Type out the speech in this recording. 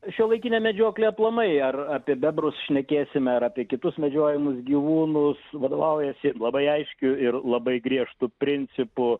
šiuolaikinė medžioklė aplamai ar apie bebrus šnekėsime apie kitus medžiojamus gyvūnus vadovaujasi labai aiškiu ir labai griežtu principu